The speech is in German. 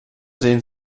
sehen